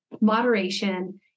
moderation